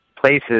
places